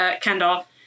Kendall